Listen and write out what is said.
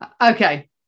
Okay